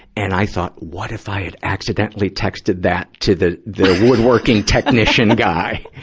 and i thought, what if i had accidentally texted that to the, the, woodworking technician guy?